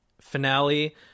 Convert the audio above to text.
finale